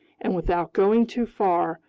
and without going too far,